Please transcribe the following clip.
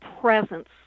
presence